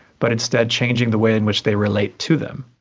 but instead changing the way in which they relate to them.